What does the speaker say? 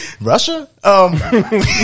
Russia